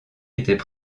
étaient